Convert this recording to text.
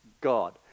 God